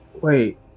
wait